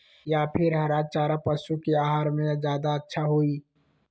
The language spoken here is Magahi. या फिर हरा चारा पशु के आहार में ज्यादा अच्छा होई?